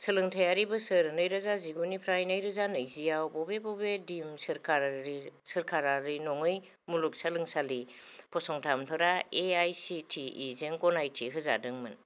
सोलोंथायारि बोसोर नैरोजा जिगुफ्राय नैरोजा नैजिआव बबे बबे दिम्ड सोरखारारि नङि मुलुगसोंलोंसालि फसंथानफोरा A I C T E जों गनायथि होजादोंमोन